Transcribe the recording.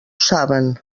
saben